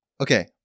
Okay